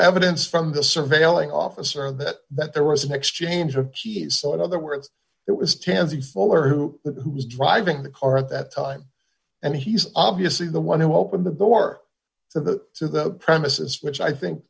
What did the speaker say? evidence from the surveilling officer that that there was an exchange of cheese in other words it was tansey fuller who who was driving the car at that time and he's obviously the one who opened the door to the to the premises which i think